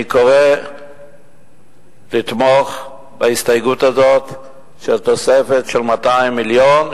אני קורא לתמוך בהסתייגות הזאת של תוספת של 200 מיליון,